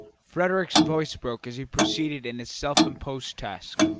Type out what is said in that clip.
frederick's voice broke as he proceeded in his self-imposed task.